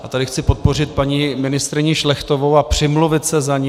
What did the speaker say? A tady chci podpořit paní ministryni Šlechtovou a přimluvit se za ni.